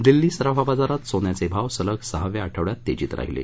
दिल्ली सराफा बाजारात सोन्याचे भाव सलग सहाव्या आठवड्यात तेजीत राहिले